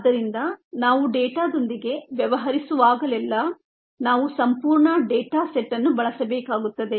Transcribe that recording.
ಆದ್ದರಿಂದ ನಾವು ಡೇಟಾದೊಂದಿಗೆ ವ್ಯವಹರಿಸುವಾಗಲೆಲ್ಲಾ ನಾವು ಸಂಪೂರ್ಣ ಡೇಟಾ ಸೆಟ್ ಅನ್ನು ಬಳಸಬೇಕಾಗುತ್ತದೆ